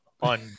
on